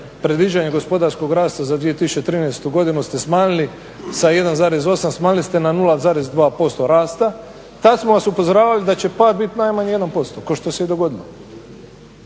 predviđanje gospodarskog rasta za 2013.godinu ste smanjili sa 1,8 smanjili ste na 0,2% rasta. Tada smo vas upozoravali da će pad biti najmanje 1% kao što se i dogodilo.